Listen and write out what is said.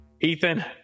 Ethan